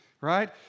Right